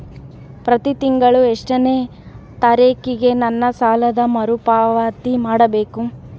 ಪ್ರತಿ ತಿಂಗಳು ಎಷ್ಟನೇ ತಾರೇಕಿಗೆ ನನ್ನ ಸಾಲದ ಮರುಪಾವತಿ ಮಾಡಬೇಕು?